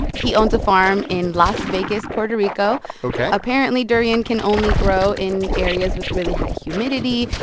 and he owns a farm in las vegas, puerto rico ok apparently, durian can only grow in areas with really high humidity.